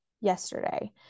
yesterday